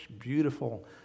beautiful